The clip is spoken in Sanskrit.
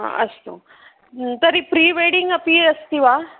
अस्तु तरि प्रीवेडिङग् अपि अस्ति वा